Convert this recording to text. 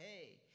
hey